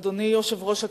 אדוני יושב-ראש הכנסת,